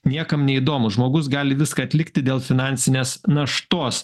niekam neįdomu žmogus gali viską atlikti dėl finansinės naštos